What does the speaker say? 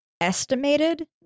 estimated